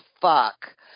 fuck